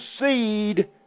seed